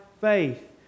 faith